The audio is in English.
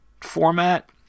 format